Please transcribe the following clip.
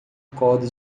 corda